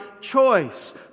choice